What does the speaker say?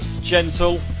gentle